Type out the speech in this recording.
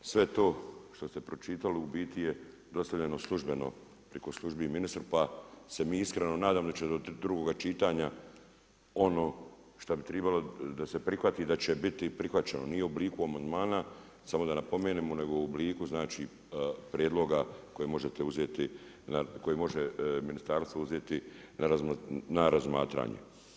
Sve to što ste pročitali u biti je dostavljeno službeno priko službi i ministru, pa se mi iskreno nadamo da će do drugoga čitanja ono što bi tribalo da se prihvati da će biti prihvaćeno ni u obliku amandmana, samo da napomenemo, nego u obliku znači prijedloga koje možete uzeti, koje može ministarstvo uzeti na razmatranje.